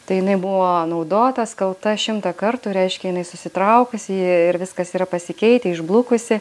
tai jinai buvo naudota skalbta šimtą kartų reiškia jinai susitraukusi ji ir viskas yra pasikeitę išblukusi